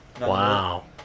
Wow